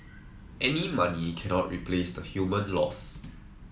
any money cannot replace the human loss